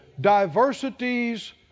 Diversities